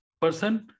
person